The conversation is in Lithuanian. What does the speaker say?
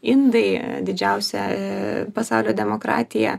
indai didžiausia pasaulio demokratija